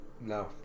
No